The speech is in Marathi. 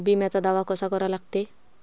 बिम्याचा दावा कसा करा लागते?